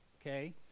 Okay